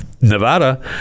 Nevada